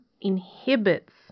inhibits